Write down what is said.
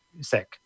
sick